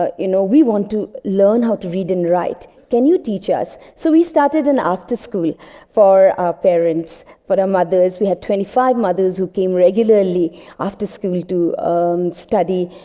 ah you know, we want to learn how to read and write. can you teach us? so, we started an afterschool for our parents, for our mothers. we had twenty five mothers who came regularly after school to um study.